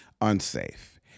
Unsafe